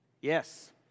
Yes